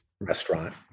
restaurant